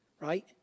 right